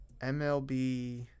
MLB